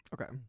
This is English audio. Okay